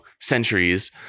centuries